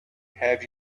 have